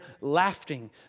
laughing